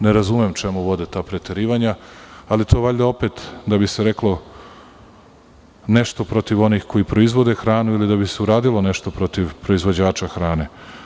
Ne razumem čemu vode ta preterivanja, ali to valjda opet da bi se reklo nešto protiv onih koji proizvode hranu ili da bi se uradilo nešto protiv proizvođača hrane.